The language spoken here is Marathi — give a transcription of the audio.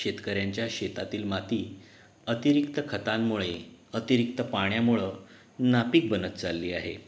शेतकऱ्यांच्या शेतातील माती अतिरिक्त खतांमुळे अतिरिक्त पाण्यामुळं नापीक बनत चालली आहे